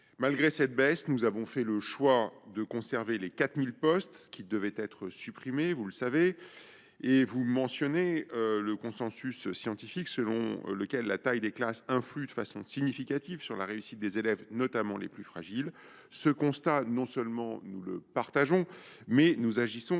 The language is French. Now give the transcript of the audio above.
Malgré cette baisse, nous avons fait le choix de conserver les 4 000 postes qui devaient être supprimés – vous le savez. Vous mentionnez le consensus scientifique selon lequel la taille des classes influe significativement sur la réussite des élèves, notamment les plus fragiles. Non seulement nous partageons ce constat, mais nous agissons